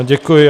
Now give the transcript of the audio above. Děkuji.